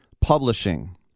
Publishing